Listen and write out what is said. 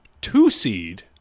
two-seed